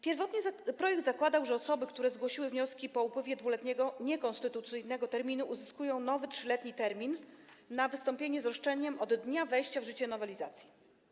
Pierwotnie projekt zakładał, że osoby, które zgłosiły wnioski po upływie 2-letniego, niekonstytucyjnego terminu, uzyskują nowy, 3-letni termin na wystąpienie z roszczeniem, liczony od dnia wejścia w życie nowelizacji.